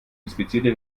inspizierte